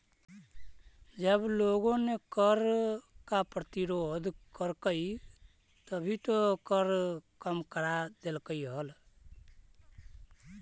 जब लोगों ने कर का प्रतिरोध करकई तभी तो कर कम करा देलकइ हल